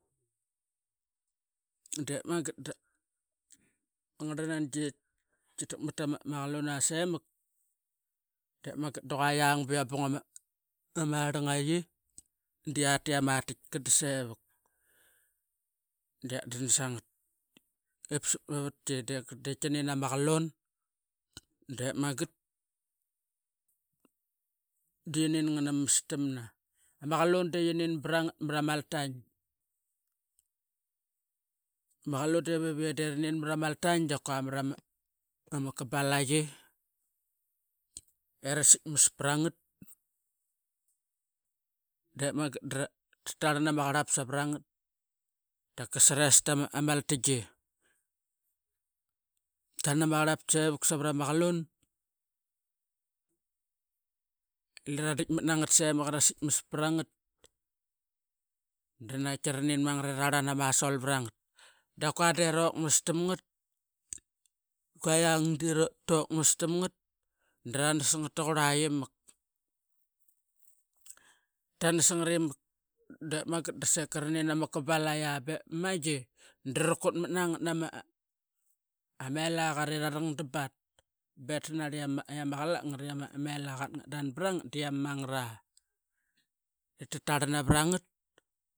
Dep magat dama ngarl nangi titakmat tama qaluna semak demagat duqua iang biabung tamarlangai diatit ama titka dasevuk, diatdan sangat epsap mavatki dep ti nin ama qalun dep magat di ianin nganama mastamna. Ama qalun de ianin brangat mara maltain. Ma qalun devie de ren mara maltain dakua mara ma kabalayi era sitmas para ngat, dep magat da ratarl nama qarlap savarangat. Dakasa resta maltain. Tarl na ma qarlapki sevuk savarama qalun. Lira raditmat nangat semak era sitmas pra ngat da naqait ki ranin mangat ira rlan ama sol vavangat kuade rok mastam ngat. Kua iang di rokmastam ngat dranas ngat taqurla i mak, tanas ngat i mak dep magat da seka ranin ama kabalayi bep ma maigi dra kut mat nangat nama amelaqat era rangdambat be tanarli ama qalak ngat ea melaqat ngatdan pra ngat dia ma mangara. Eta tarl navara ngat.